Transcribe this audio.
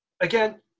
Again